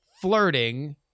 flirting